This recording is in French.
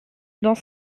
dans